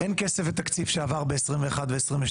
אין כסף ותקציב שעבר ב-2021 ו-2022.